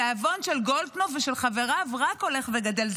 התיאבון של גולדקנופ ושל חבריו רק הולך וגדל.